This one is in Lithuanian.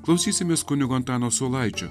klausysimės kunigo antano saulaičio